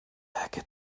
werke